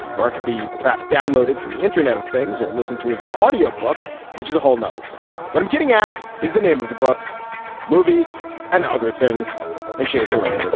mark b perhaps downloaded from the internet of things or listen to his an audio book which is a whole nother thing what i'm getting at is the name of the book movies and other things and jason shea serrano